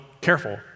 careful